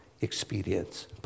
experience